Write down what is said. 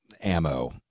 ammo